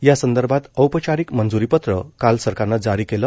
यासंदर्भात औपचारिक मंज्रीपत्र काल सरकारनं जारी केलं